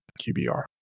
QBR